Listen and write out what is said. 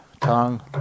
Tongue